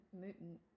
mutant